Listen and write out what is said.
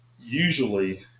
usually